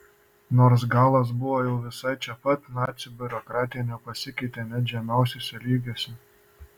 nors galas buvo jau visai čia pat nacių biurokratija nepasikeitė net žemiausiuose lygiuose